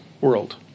world